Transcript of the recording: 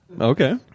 Okay